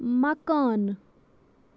مکانہٕ